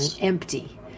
empty